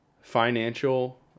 financial